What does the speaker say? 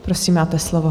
Prosím, máte slovo.